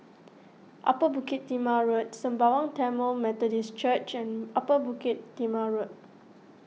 Upper Bukit Timah Road Sembawang Tamil Methodist Church and Upper Bukit Timah Road